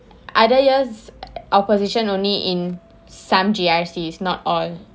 other years opposition only in some G_R_C not all